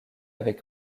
avec